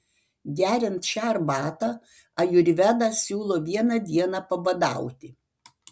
geriant šią arbatą ajurvedą siūlo vieną dieną pabadauti